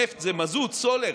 נפט זה מזוט, סולר,